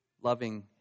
loving